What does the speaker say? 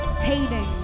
hating